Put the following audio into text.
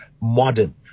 modern